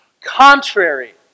contrary